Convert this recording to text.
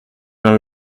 vingt